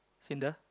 Syndra